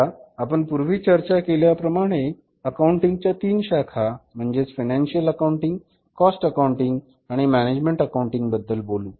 चला आपण पूर्वी चर्चा केल्याप्रमाणे अकाउंटिंग च्या तीन शाखा म्हणजेच फायनान्शिअल अकाउंटिंग कॉस्ट अकाउंटिंग आणि मॅनेजमेंट अकाउंटिंग बद्दल बोलू